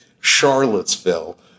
Charlottesville